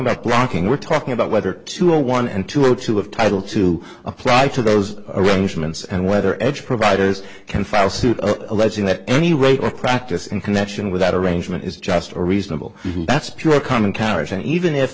about blocking we're talking about whether to a one and two or to have title to apply to those arrangements and whether edge providers can file suit alleging that any rate or practice in connection with that arrangement is just a reasonable that's pure common carriage and even if